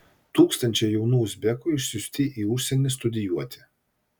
tūkstančiai jaunų uzbekų išsiųsti į užsienį studijuoti